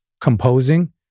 composing